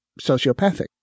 sociopathic